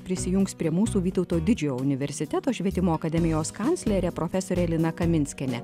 prisijungs prie mūsų vytauto didžiojo universiteto švietimo akademijos kanclerė profesorė lina kaminskienė